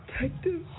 Detective